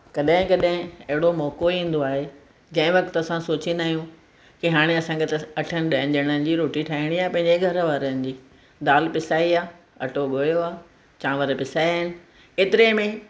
कॾहिं कॾहिं अहिड़ो मौको ईंदो आहे कंहिं वक़्तु असां सोचींदा आहियूं की हाणे असांखे अठनि ॾहनि ॼणनि जी रोटी ठाहिणी आहे पंहिंजे घर वारनि जी दाल पिसाई आहे अटो ॻोयो आहे चांवर पिसाया आहिनि एतिरे में